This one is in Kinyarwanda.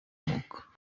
arahumuka